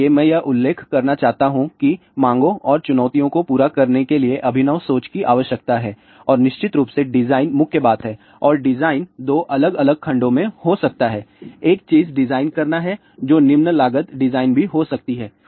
इसलिए मैं यह उल्लेख करना चाहता हूं कि मांगों और चुनौतियों को पूरा करने के लिए अभिनव सोच की आवश्यकता है और निश्चित रूप से डिजाइन मुख्य बात है और डिजाइन दो अलग अलग खंडों में हो सकता है एक चीज डिजाइन करना है जो निम्न लागत डिजाइन भी हो सकती है